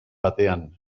batean